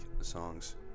songs